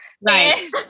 Right